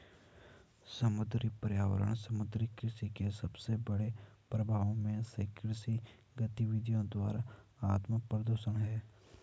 समुद्री पर्यावरण समुद्री कृषि के सबसे बड़े प्रभावों में से कृषि गतिविधियों द्वारा आत्मप्रदूषण है